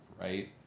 right